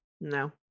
No